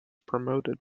promoted